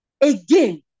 again